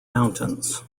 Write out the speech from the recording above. mountains